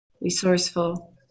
resourceful